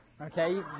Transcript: okay